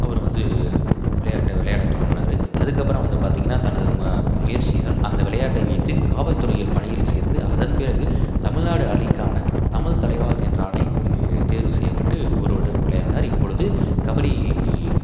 அவர் வந்து விளையாட்டை விளையாட தொடங்கினாரு அதுக்கப்புறம் வந்து பார்த்திங்கனா தனது ம முயற்சியால் அந்த விளையாட்டை வைத்து காவல்துறையில் பணியில் சேர்ந்து அதன் பிறகு தமிழ்நாடு அணிக்கான தமிழ் தலைவாஸ் என்ற அணிக்கு தேர்வு செய்யப்பட்டு ஒரு வருடம் விளையாண்டார் இப்பொழுது கபடி